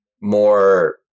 more